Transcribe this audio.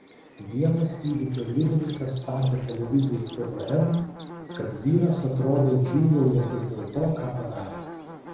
vienas įvykio liudininkas sakė televizijai tvn kad vyras atrodė džiūgaujantis dėl to ką padarė